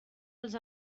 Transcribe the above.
els